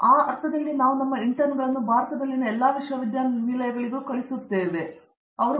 ಆ ಅರ್ಥದಲ್ಲಿ ನಾವು ನಮ್ಮ ಇಂಟರ್ನಿಗಳನ್ನು ಭಾರತದಲ್ಲಿ ಎಲ್ಲಾ ವಿಶ್ವವಿದ್ಯಾನಿಲಯಗಳಿಗೂ ಕಳಿಸುತ್ತಿದ್ದೇವೆ ಅವರು ಬಿ